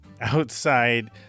outside